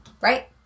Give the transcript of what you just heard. Right